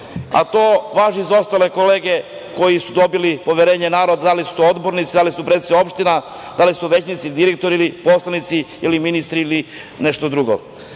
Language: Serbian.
To važi i za ostale kolege koje su dobile poverenje naroda, da li su odbornici, da li su predsednici opština, da li su većnici, direktori, poslanici, ministri ili nešto drugo. Ja